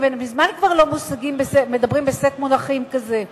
מזמן כבר לא מדברים בסט מונחים כזה.